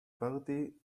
party